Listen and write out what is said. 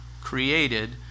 created